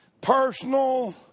personal